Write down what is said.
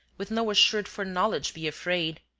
with no assured foreknowledge, be afraid?